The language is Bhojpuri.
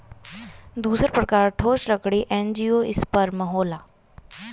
दूसर प्रकार ठोस लकड़ी एंजियोस्पर्म होला